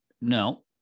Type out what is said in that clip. no